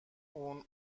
اون